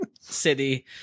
city